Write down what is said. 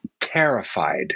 terrified